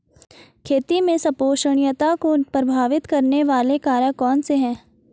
खेती में संपोषणीयता को प्रभावित करने वाले कारक कौन से हैं?